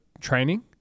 training